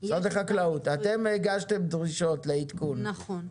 החקלאות, הגשתם בקשות לעדכון.